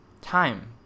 time